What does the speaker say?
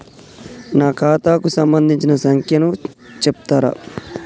నా ఖాతా కు సంబంధించిన సంఖ్య ను చెప్తరా?